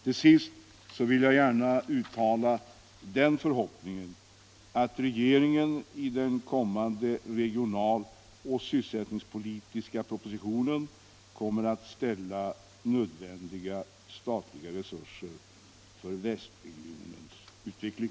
Till sist vill jag gärna uttala den förhoppningen att regeringen i den kommande regional och sysselsättningspolitiska propositionen kommer att ställa nödvändiga statliga resurser till förfogande för västregionens utveckling.